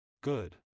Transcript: Good